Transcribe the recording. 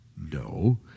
No